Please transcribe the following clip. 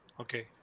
Okay